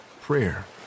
prayer